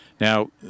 now